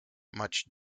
much